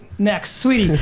next, saweetie.